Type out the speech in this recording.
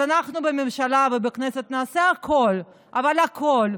אז אנחנו בממשלה ובכנסת נעשה הכול, אבל הכול,